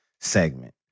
segment